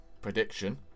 prediction